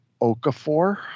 Okafor